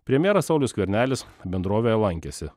premjeras saulius skvernelis bendrovėje lankėsi